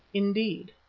indeed.